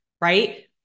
right